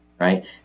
right